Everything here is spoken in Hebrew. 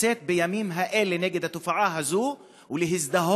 לצאת בימים האלה נגד התופעה הזו ולהזדהות